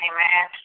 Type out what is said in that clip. Amen